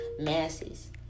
masses